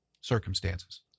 circumstances